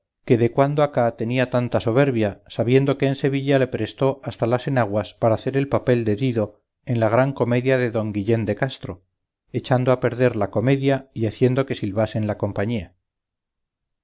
que de cuándo acá tenía tanta soberbia sabiendo que en sevilla le prestó hasta las enaguas para hacer el papel de dido en la gran comedia de don guillén de castro echando a perder la comedia y haciendo que silbasen la compañía